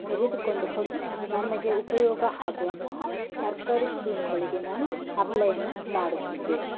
ತೆಗೆದುಕೊಂಡು ಹೋಗಿ ನಮಗೆ ಉಪಯೋಗ ಆಗುವಂತಹ ಸರ್ಕಾರಿ ಸ್ಕೀಮ್ಗಳಿಗೆ ನಾನು ಅಪ್ಲೈಯನ್ನ ಮಾಡುತ್ತಿದ್ದೆ